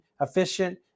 efficient